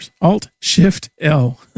Alt-Shift-L